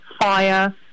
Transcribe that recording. fire